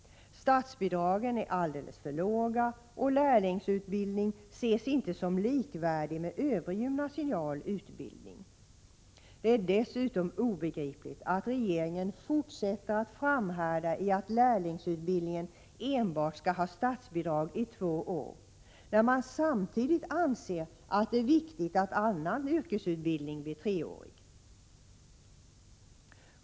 Statsbidragen är alldeles för låga, och lärlingsutbildning ses inte som likvärdig med övrig gymnasial utbildning. Det är dessutom obegripligt att regeringen fortsätter att framhärda i att lärlingsutbildningen enbart skall ha statsbidrag i två år, när man samtidigt anser det viktigt att annan yrkesutbildning blir treårig.